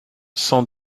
cent